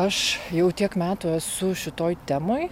aš jau tiek metų esu šitoj temoj